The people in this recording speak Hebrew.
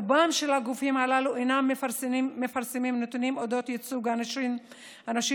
רובם של הגופים הללו אינם מפרסמים נתונים על אודות ייצוג הנשים בהן,